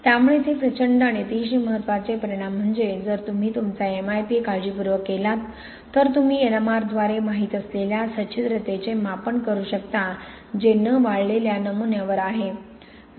त्यामुळे येथे प्रचंड आणि अतिशय महत्त्वाचे परिणाम म्हणजे जर तुम्ही तुमचा M I P काळजीपूर्वक केलात तर तुम्ही N M R द्वारे माहित असलेल्या सच्छिद्रतेचे मापन करू शकता जे न वाळलेल्या नमुन्यावर आहे